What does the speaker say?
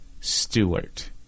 Stewart